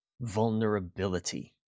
vulnerability